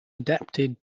adapted